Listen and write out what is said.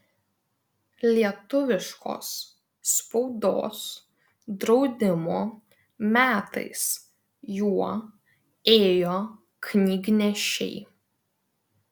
lietuviškos spaudos draudimo metais juo ėjo knygnešiai